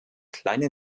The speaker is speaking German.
kleine